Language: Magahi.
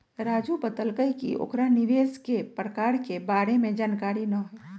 राजू बतलकई कि ओकरा निवेश के प्रकार के बारे में जानकारी न हई